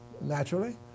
naturally